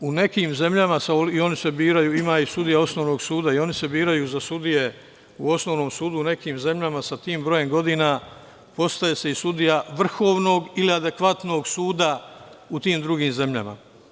U nekim zemljama, i oni se biraju, imaju sudije osnovnog suda, za sudije u osnovnom sudu, u nekim zemljama sa tim brojem godina postaje se i sudija vrhovnog ili adekvatnog suda u tim drugim zemljama.